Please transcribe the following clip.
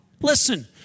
Listen